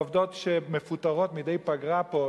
עובדות שמפוטרות מדי פגרה פה.